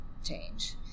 change